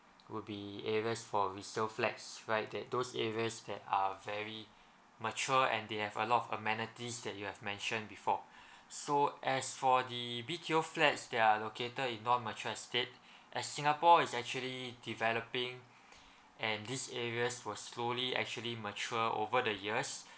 would be areas for resale flats right that those areas that are very mature and they have a lot of amenities that you have mentioned before so as for the B_T_O flats there are located in non mature estate as singapore is actually developing and these areas will slowly actually mature over the years